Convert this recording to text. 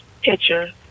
picture